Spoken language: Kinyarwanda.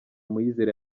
muyizere